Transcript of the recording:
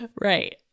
Right